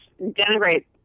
denigrate